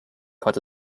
called